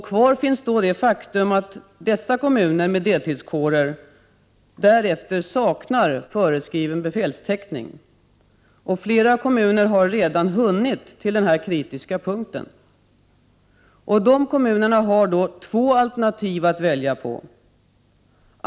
Kvar finns då det faktum att dessa kommuner med deltidskårer därefter saknar föreskriven befälstäckning. Flera kommuner har redan hunnit till denna kritiska punkt. Kommunerna har då två alternativ att välja på.